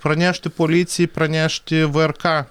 pranešti policijai pranešti vrk